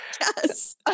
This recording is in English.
Yes